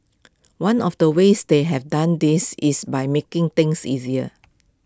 one of the ways they have done this is by making things easier